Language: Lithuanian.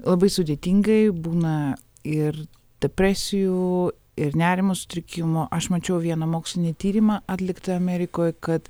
labai sudėtingai būna ir depresijų ir nerimo sutrikimo aš mačiau vieną mokslinį tyrimą atliktą amerikoj kad